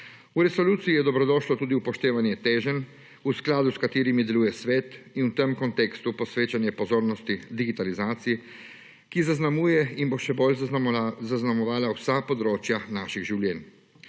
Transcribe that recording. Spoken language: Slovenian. V resoluciji je dobrodošlo tudi upoštevanje teženj v skladu s katerimi deluje svet in v tem kontekstu posvečanje pozornosti digitalizaciji, ki zaznamuje in bo še bolj zaznamovala vsa področja naših življenj.